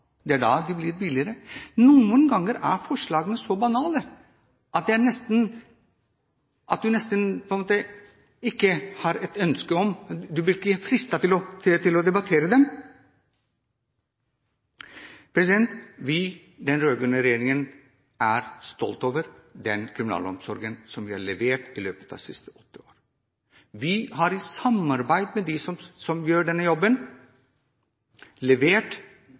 det er da de blir billigere. Noen ganger er forslagene så banale at du nesten ikke har et ønske om eller blir fristet til å debattere dem. Vi og den rød-grønne regjeringen er stolte over den kriminalomsorgen som vi har levert i løpet av de siste åtte år. Vi har i samarbeid med dem som gjør denne jobben, levert